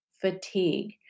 fatigue